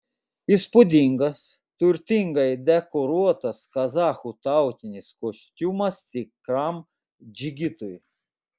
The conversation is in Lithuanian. įspūdingas turtingai dekoruotas kazachų tautinis kostiumas tikram džigitui